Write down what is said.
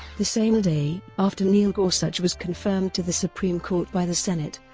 the same day, after neil gorsuch was confirmed to the supreme court by the senate,